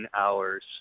hours